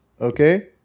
Okay